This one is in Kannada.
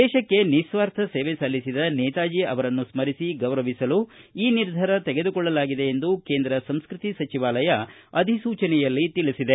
ದೇಶಕ್ಕೆ ನಿಸ್ವಾರ್ಥ ಸೇವೆ ಸಲ್ಲಿಸಿದ ನೇತಾಜಿ ಅವರನ್ನು ಸ್ಥರಿಸಿ ಗೌರವಿಸಲು ಈ ನಿರ್ಧಾರ ತೆಗೆದುಕೊಳ್ಳಲಾಗಿದೆ ಎಂದು ಕೇಂದ್ರ ಸಂಸ್ಟತಿ ಸಚಿವಾಲಯ ಅಧಿಸೂಚನೆಯಲ್ಲಿ ತಿಳಿಸಿದೆ